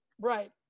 Right